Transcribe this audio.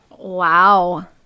Wow